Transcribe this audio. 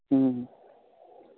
ಹ್ಞೂ